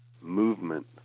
movement